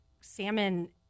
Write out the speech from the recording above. salmon